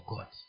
God